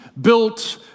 built